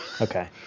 Okay